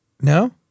No